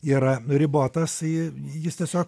yra ribotas ji jis tiesiog